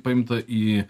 paimta į